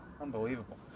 Unbelievable